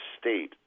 state